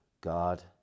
God